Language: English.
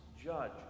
judge